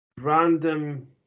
random